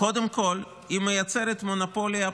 קודם כול, היא מייצרת מונופוליה פנימית.